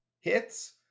hits